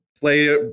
play